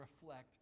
reflect